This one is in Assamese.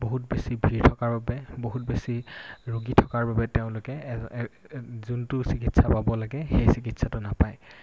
বহুত বেছি ভিৰ থকাৰ বাবে বহুত বেছি ৰোগী থকাৰ বাবে তেওঁলোকে যোনটো চিকিৎসা পাব লাগে সেই চিকিৎসাটো নাপায়